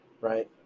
right